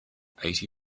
eighty